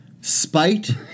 spite